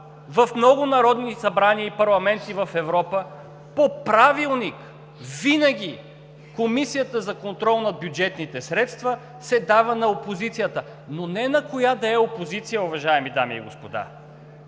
в много народни събрания и парламенти в Европа по правилник винаги Комисията за контрол на бюджетните средства се дава на опозицията, но не на коя да е опозиция, уважаеми дами и господа,